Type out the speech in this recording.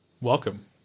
Welcome